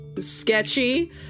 sketchy